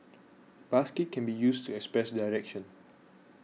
basket can be used to express direction